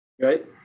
Right